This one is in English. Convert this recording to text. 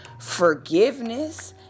forgiveness